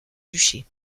duché